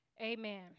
Amen